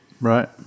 right